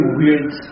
weird